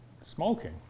smoking